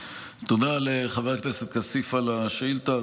תודה לחבר הכנסת כסיף על השאילתה.